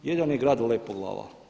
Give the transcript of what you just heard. Jedan je grad Lepoglava.